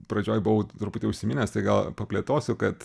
pradžioj buvau truputį užsiminęs tai gal paplėtosiu kad